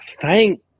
thank